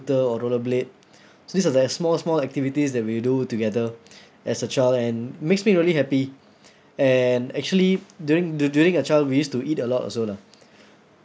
or roller blade so these are the small small activities that we do together as a child and makes me really happy and actually during during a child we used to eat a lot also lah